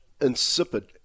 Insipid